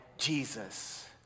Jesus